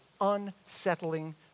unsettling